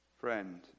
Friend